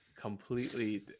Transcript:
completely